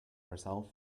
herself